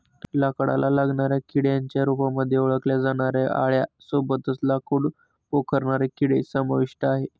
लाकडाला लागणाऱ्या किड्यांच्या रूपामध्ये ओळखल्या जाणाऱ्या आळ्यां सोबतच लाकूड पोखरणारे किडे समाविष्ट आहे